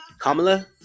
Kamala